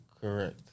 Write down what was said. correct